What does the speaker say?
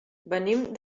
venim